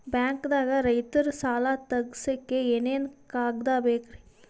ಬ್ಯಾಂಕ್ದಾಗ ರೈತರ ಸಾಲ ತಗ್ಸಕ್ಕೆ ಏನೇನ್ ಕಾಗ್ದ ಬೇಕ್ರಿ?